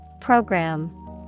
Program